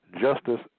Justice